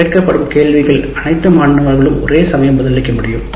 கேட்கப்படும் கேள்விகளுக்கு அனைத்து மாணவர்களும் ஒரே சமயம் பதிலளிக்க முடியும்